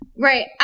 Right